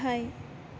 गाहाय